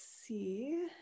see